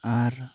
ᱟᱨ